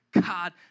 God